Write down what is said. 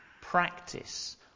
Practice